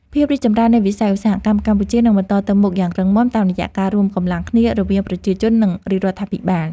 ភាពរីកចម្រើននៃវិស័យឧស្សាហកម្មកម្ពុជានឹងបន្តទៅមុខយ៉ាងរឹងមាំតាមរយៈការរួមកម្លាំងគ្នារវាងប្រជាជន និងរាជរដ្ឋាភិបាល។